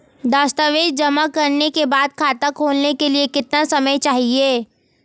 दस्तावेज़ जमा करने के बाद खाता खोलने के लिए कितना समय चाहिए?